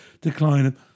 decline